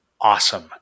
awesome